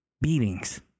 beatings